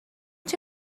این